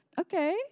okay